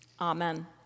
Amen